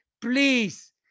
Please